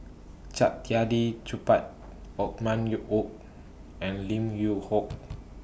Saktiandi Supaat Othman YOU Wok and Lim Yew Hock